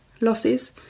losses